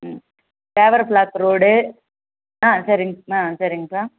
ம் paver block road ஆ சரிங்க ஆ சரிங்க சார்